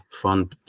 fun